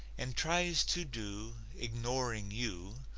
and tries to do, ignoring you,